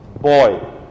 boy